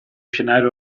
scenario